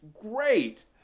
great